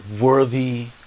Worthy